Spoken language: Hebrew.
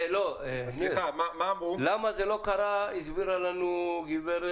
למה זה לא קרה, הסבירה לנו גב'